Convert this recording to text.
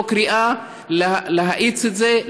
זו קריאה להאיץ את זה,